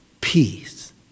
peace